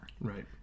Right